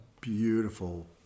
beautiful